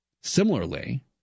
Similarly